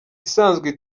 isanzwe